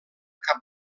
cap